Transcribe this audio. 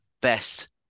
best